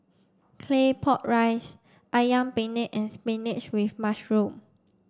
Claypot Rice Ayam Penyet and spinach with mushroom